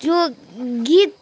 त्यो गीत